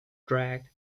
drag